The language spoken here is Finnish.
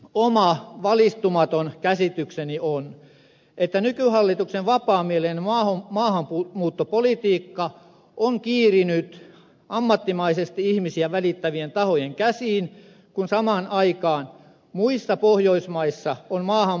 oma valistumaton käsitykseni on että nykyhallituksen vapaamielinen maahanmuuttopolitiikka on kiirinyt ammattimaisesti ihmisiä välittävien tahojen käsiin kun samaan aikaan muissa pohjoismaissa on maahanmuuttopolitiikkaa tiukennettu